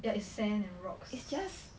ya it's sand and rocks